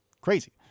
crazy